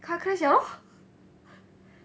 car crash liao lor